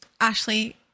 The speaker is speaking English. Ashley